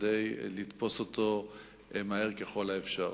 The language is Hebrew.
כדי לתפוס אותו מהר ככל האפשר.